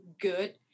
good